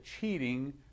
cheating